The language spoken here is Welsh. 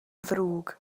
ddrwg